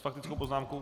S faktickou poznámkou?